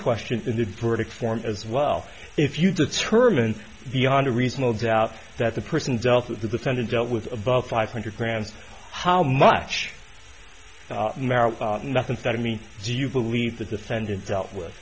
question in the verdict form as well if you determine beyond a reasonable doubt that the person dealt with the defendant dealt with above five hundred grams how much nothing thought of me do you believe the defendant dealt with